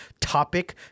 topic